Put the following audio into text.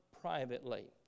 privately